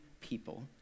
people